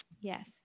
Yes